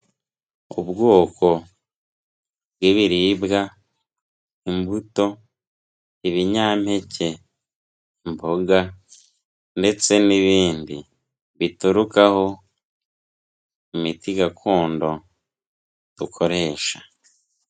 Ubwoko bw'ibiribwa imbuto, ibinyampeke, imboga, ndetse n'ibindi biturukaho imiti gakondo dukoresha.